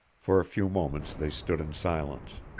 for a few moments they stood in silence.